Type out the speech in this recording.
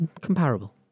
Comparable